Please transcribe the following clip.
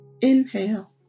Inhale